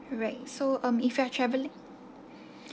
right so um if you are travelling